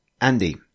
Andy